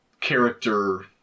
character